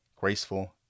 Graceful